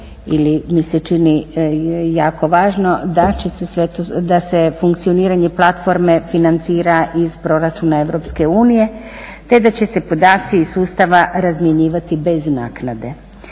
će se sve to, da se funkcioniranje platforme financira iz proračuna Europske unije te da će se podaci iz sustava razmjenjivati bez naknade.